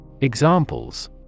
Examples